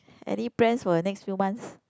any plans for the next few months